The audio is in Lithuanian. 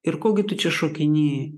ir ko gi tu čia šokinėji